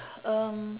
um